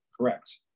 Correct